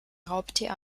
raubtier